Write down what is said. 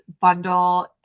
bundle